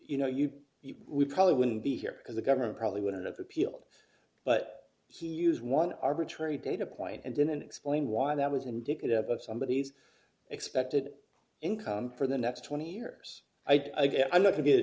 you know you we probably wouldn't be here because the government probably wouldn't have appealed but he use one arbitrary data point and didn't explain why that was indicative of somebodies expected income for the next twenty years i guess i'm not to